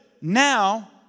Now